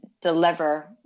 deliver